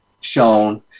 shown